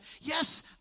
yes